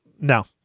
no